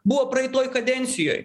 buvo praeitoj kadencijoj